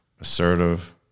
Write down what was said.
assertive